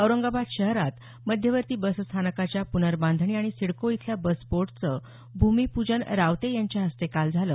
औरंगाबाद शहरात मध्यवर्ती बसस्थानकाच्या पूर्नबांधणी आणि सिडको इथल्या बसपोर्टचं भूमिपूजन रावते यांच्या हस्ते काल झालं